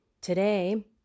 Today